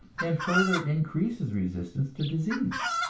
and further increases resistance to disease.